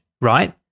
right